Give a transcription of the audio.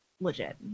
legit